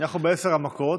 אנחנו בעשר המכות,